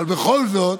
אבל בכל זאת,